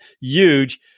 huge